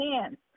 hands